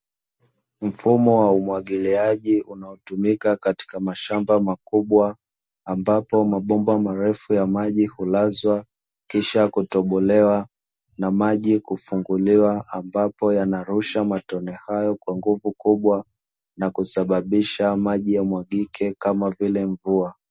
Mfumo wa umwagiliaji unaotumika katika mashamba makubwa, ambapo mabomba marefu ya maji hulazwa kisha kutobolewa, na maji kufunguliwa, ambapo yanarusha matone hayo kwa nguvu kubwa, na kusababisha maji yamwagike kama vile mvua.